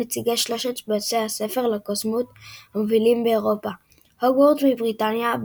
נציגי שלושת בתי הספר לקוסמות המובילים באירופה הוגוורטס מבריטניה,